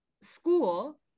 school